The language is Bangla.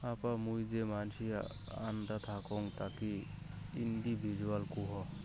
আপা মুই যে মানসি আল্দা থাকং তাকি ইন্ডিভিজুয়াল কুহ